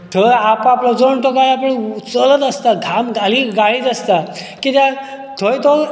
थंय आप आपलो झोन तो आपलो चलत आसता घाम घालीत घाळीत आसता कित्याक थंय तो